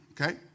okay